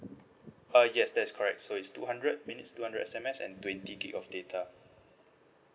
uh yes that's correct so is two hundred minutes two hundred S_M_S and twenty gig of data